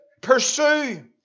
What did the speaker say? pursue